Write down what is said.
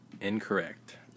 Incorrect